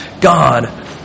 God